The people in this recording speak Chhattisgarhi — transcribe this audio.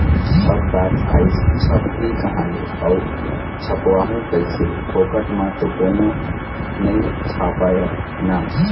अब बात आइस छपही काँहा ले अऊ छपवाहूँ कइसे, फोकट म तो कोनो नइ छापय ना